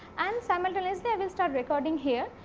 and simultaneously, i will start recording here.